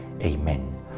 Amen